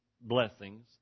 blessings